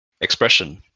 Expression